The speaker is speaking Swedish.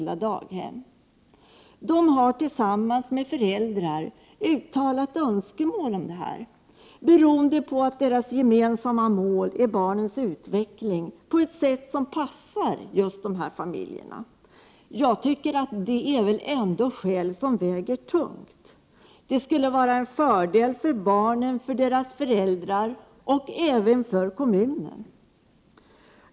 De har tillsammans med föräldrar uttalat önskemål om att kunna göra detta, beroende på att deras gemensamma mål är att barnen skall utvecklas på ett sätt som passar just dessa familjer. Detta är väl ändå skäl som väger tungt, och det skulle också vara en fördel för barnen, deras föräldrar och även för kommunen.